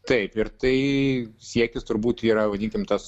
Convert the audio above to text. taip ir tai siekis turbūt yra vadinkim tas